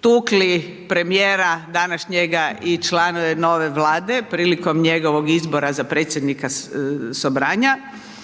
tukli premijera, današnjega i člana nove Vlade prilikom njegova izbora za predsjednika Sobraniea,